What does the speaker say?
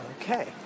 Okay